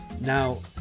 Now